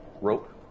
rope